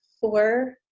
four